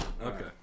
Okay